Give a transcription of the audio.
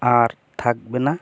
আর থাকবে না